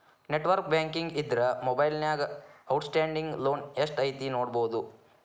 network banking ಇದ್ರ ಮೊಬೈಲ್ನ್ಯಾಗ outstanding loan ಎಷ್ಟ್ ಐತಿ ನೋಡಬೋದು